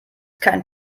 kein